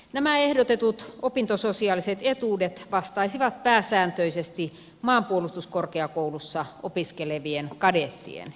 nämä ehdotetut opintososiaaliset etuudet vastaisivat pääsääntöisesti maanpuolustuskorkeakoulussa opiskelevien kadettien etuuksia